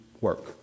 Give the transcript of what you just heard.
work